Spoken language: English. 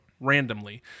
Randomly